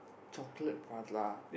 chocolate prata